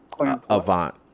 avant